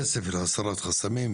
אז כסף להסרת חסמים,